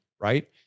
right